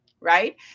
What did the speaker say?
right